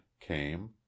came